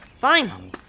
Fine